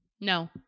No